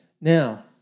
Now